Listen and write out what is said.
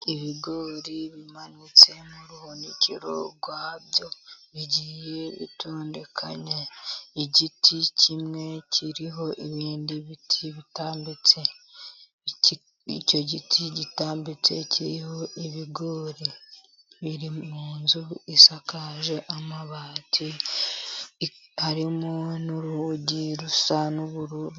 Ibigori bimanitse mu ruhunikiro rwabyo , bigiye bitondekanye igiti kimwe kiriho ibindi biti bitambitse. Icyo giti gitambitse, kiriho ibigori biri, mu nzu isakaje amabati , arimo n'urugi rusa n'ubururu .